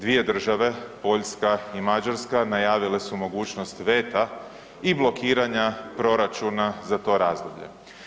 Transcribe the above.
Dvije države Poljska i Mađarska najavile su mogućnost veta i blokiranje proračuna za to razdoblje.